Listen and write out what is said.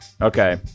Okay